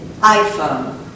iPhone